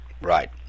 Right